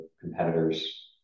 competitor's